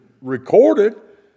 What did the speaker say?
recorded